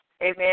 amen